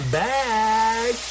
back